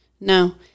No